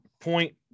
point